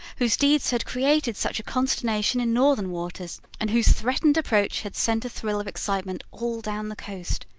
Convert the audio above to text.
whose deeds had created such a consternation in northern waters, and whose threatened approach had sent a thrill of excitement all down the coast.